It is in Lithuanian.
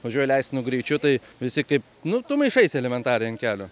važiuoji leistinu greičiu tai visi kaip nu tu maišaisi elementariai ant kelio